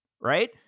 right